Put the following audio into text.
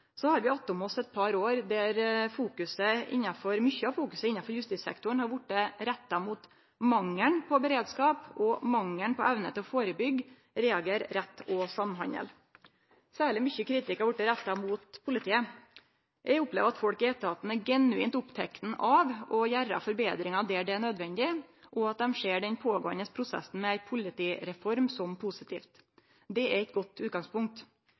Så har vi attom oss eit par år der mykje av fokuset innanfor justissektoren har vorte retta mot mangelen på beredskap og mangelen på evne til å førebyggje, reagere rett og samhandle. Særleg mykje kritikk har vorte retta mot politiet. Eg opplever at folk i etaten er genuint opptekne av å gjere forbetringar der det er nødvendig, og at dei ser den pågåande prosessen med ei politireform som positivt. Det er eit godt utgangspunkt.